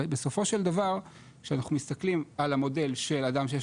בסופו של דבר כשאנחנו מסתכלים על המודל של אדם שיש